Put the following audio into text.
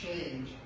change